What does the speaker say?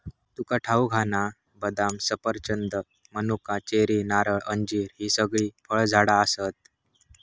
तुका ठाऊक हा ना, बदाम, सफरचंद, मनुका, चेरी, नारळ, अंजीर हि सगळी फळझाडा आसत